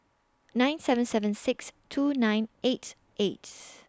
nine seven seven six two nine eight eight